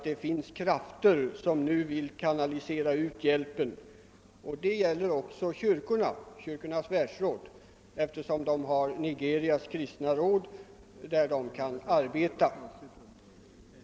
Det finns krafter som nu vill kanalisera ut hjälpen. Det gäller också Kyrkornas världs råd, som samarbetar med Nigerias kristna råd.